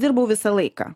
dirbau visą laiką